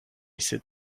sit